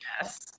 Yes